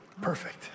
Perfect